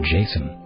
Jason